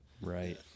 Right